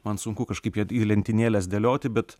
man sunku kažkaip ją į lentynėles dėlioti bet